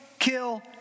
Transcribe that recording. kill